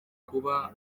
kuba